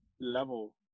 level